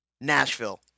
Nashville